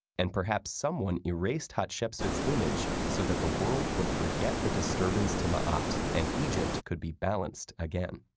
and perhaps someone erased hatshepsut's image so that the world would forget the disturbance to maat, and egypt could be balanced again.